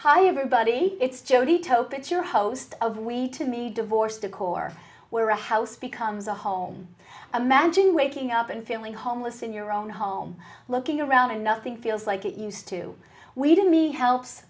hi everybody it's jodi tope at your host of we to me divorce decor warehouse becomes a home imagine waking up and feeling homeless in your own home looking around and nothing feels like it used to we did me helps